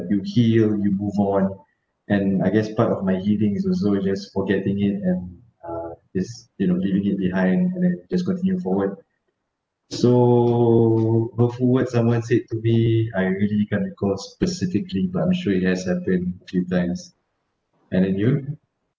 you heal you move on and I guess part of my healing is also just forgetting it and uh is you know leaving it behind and then just continue forward so before what someone said to be I really can't recall specifically but I'm sure it has happened few times and then you